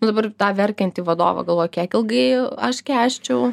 dabar tą verkiantį vadovą galvoju kiek ilgai aš kęsčiau